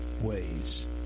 ways